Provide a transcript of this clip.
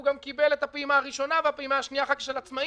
הוא גם קיבל את הפעימה הראשונה והפעימה השנייה אחר כך של העצמאים.